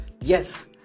Yes